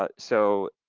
ah so,